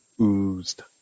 oozed